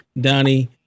Donnie